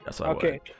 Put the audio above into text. okay